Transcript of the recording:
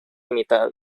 mitad